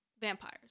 vampires